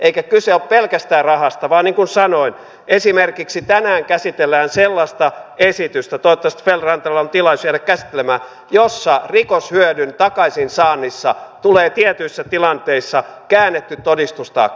eikä kyse ole pelkästään rahasta vaan niin kuin sanoin esimerkiksi tänään käsitellään sellaista esitystä toivottavasti feldt rannalla on tilaisuus jäädä sitä käsittelemään jossa rikoshyödyn takaisinsaannissa tulee tietyissä tilanteissa käännetty todistustaakka